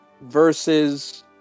versus